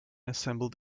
assembled